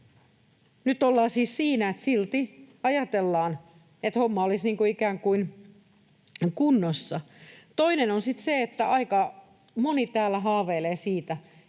Nyt ollaan siis siinä, että silti ajatellaan, että homma olisi ikään kuin kunnossa. Toinen on sitten se, että aika moni täällä haaveilee siitä,